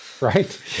Right